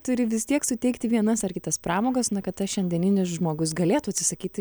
turi vis tiek suteikti vienas ar kitas pramogas na kad tas šiandieninis žmogus galėtų atsisakyti